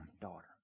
daughter